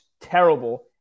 terrible